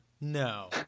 No